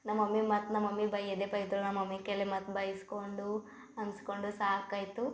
ನಮ್ಮ ಮಮ್ಮಿ ಮತ್ತು ನಮ್ಮ ಮಮ್ಮಿ ಬೈಯದೆ ಬೈದರು ನಮ್ಮ ಮಮ್ಮಿಕೆಲೆ ಮತ್ತೆ ಬೈಸ್ಕೊಂಡು ಅನ್ಸ್ಕೊಂಡು ಸಾಕಾಯಿತು